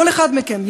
כל אחד מכם,